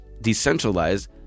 decentralized